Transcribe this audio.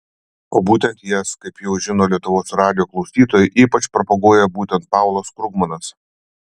o būtent jas kaip jau žino lietuvos radijo klausytojai ypač propaguoja būtent paulas krugmanas